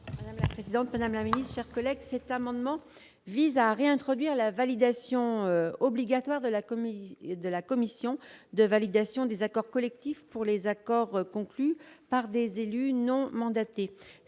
: La parole est à Mme Michelle Meunier. Cet amendement vise à réintroduire la validation obligatoire de la commission de validation des accords collectifs pour les accords conclus par des élus non mandatés.